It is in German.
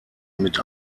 mit